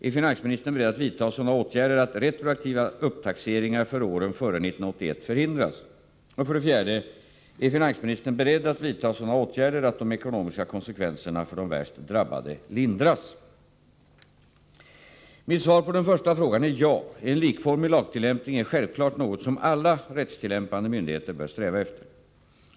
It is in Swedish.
Är finansministern beredd att vidta sådana åtgärder att retroaktiva upptaxeringar för åren före 1981 förhindras? 4. Är finansministern beredd att vidta sådana åtgärder att de ekonomiska konsekvenserna för de värst drabbade lindras? Mitt svar på den första frågan är ja — en likformig lagtillämpning är självfallet något som alla rättstillämpande myndigheter bör sträva efter.